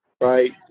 right